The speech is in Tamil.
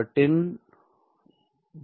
10 ஜி